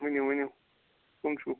ؤنِو ؤنِو کٕم چھو